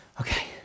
Okay